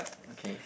okay